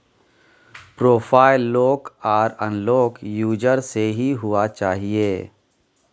profile lock आर unlock user से ही हुआ चाहिए